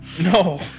No